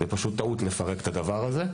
זאת פשוט טעות לפרק את הדבר הזה.